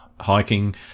Hiking